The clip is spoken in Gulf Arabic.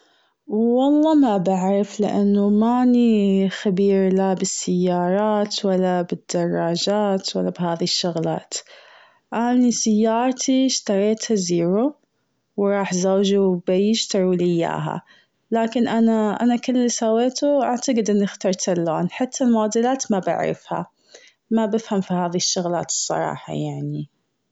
والله ما بعرف لأنه ماني خبيرة لا بالسيارات ولا بالدراجات ولا بهاذي الشغلات. أني سيارتي اشتريتها زيرو وراح زوجي و بيي بيشتروا لي إياها. لكن أنا- أنا كل اللي سويته اعتقد اني اخترت اللون حتى موديلات ما بعرفها. ما بفهم في هذي الشغلات الصراحة يعني.